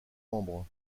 membres